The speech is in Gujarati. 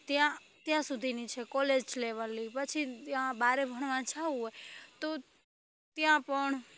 ત્યાં ત્યાં સુધીની છે કોલેજ લેવલની પછી ત્યાં બહાર ભણવા જવું હોય તો ત્યાં પણ